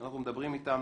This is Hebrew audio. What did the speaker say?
אנחנו מדברים איתם.